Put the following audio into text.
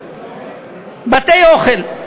בתי-אוכל,